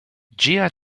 jia